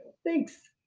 thanks!